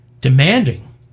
demanding